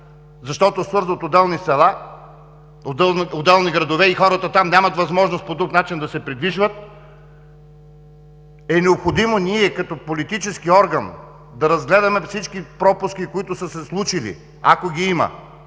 защото свързват отделни села, отделни градове и хората там нямат друг начин да се придвижват, е необходимо ние, като политически орган, да разгледаме всички пропуски, които са се случили, ако ги има.